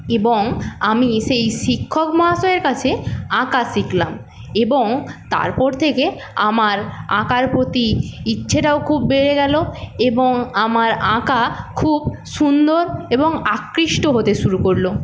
এবং আমি সেই শিক্ষক মহাশয়ের কাছে আঁকা শিখলাম এবং তারপর থেকে আমার আঁকার প্রতি ইচ্ছেটাও খুব বেড়ে গেল এবং আমার আঁকা খুব সুন্দর এবং আকৃষ্ট হতে শুরু করলো